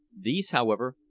these, however,